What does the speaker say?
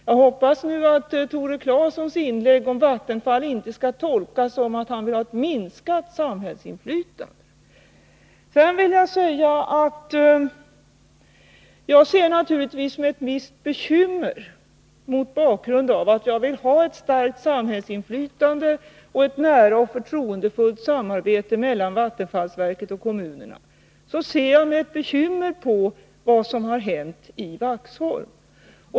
Jag hoppas att Tore Claesons inlägg nu om Vattenfall inte skall tolkas som att han vill ha ett minskat samhällsinflytande. Mot bakgrund av att jag vill ha ett starkt samhällsinflytande och ett nära och förtroendefullt samarbete mellan vattenfallsverket och kommunerna ser jag naturligtvis med visst bekymmer på vad som har hänt i Vaxholm.